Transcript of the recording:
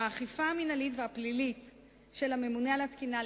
האכיפה המינהלית והפלילית של הממונה על התקינה,